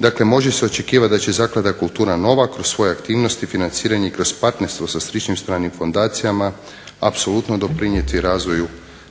Dakle, može se očekivati da će Zaklada "Kultura Nova" kroz svoje aktivnosti financiranja i kroz partnerstvo sa sličnim stranim fundacijama apsolutno doprinijeti razvoju